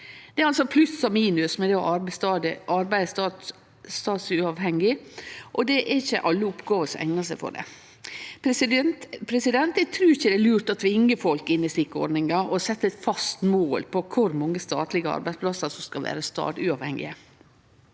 Det er altså pluss og minus med å arbeide staduavhengig, og det er ikkje alle oppgåver som eignar seg for det. Eg trur ikkje det er lurt å tvinge folk inn i slike ordningar og setje eit fast mål for kor mange statlege arbeidsplassar som skal vere staduavhengige.